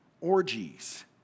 orgies